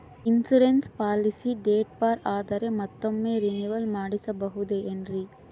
Insurance policy date ಬಾರ್ ಆದರೆ ಮತ್ತೊಮ್ಮೆ ರಿನಿವಲ್ ಮಾಡಿಸಬಹುದೇ ಏನ್ರಿ?